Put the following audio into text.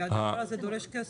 כי הדבר הזה דורש כסף.